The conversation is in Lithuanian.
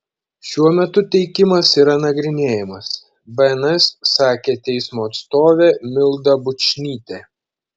šiuo metu teikimas yra nagrinėjamas bns sakė teismo atstovė milda bučnytė